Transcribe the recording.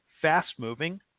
fast-moving